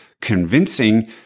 convincing